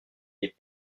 des